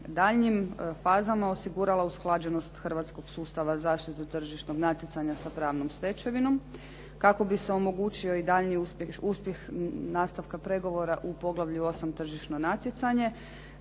daljnjim fazama osigurala usklađenost hrvatskog sustava zaštite tržišnog natjecanja sa pravnom stečevinom, kako bi se omogućio i daljnji uspjeh nastavka pregovora u Poglavlju 8 – Tržišno natjecanje,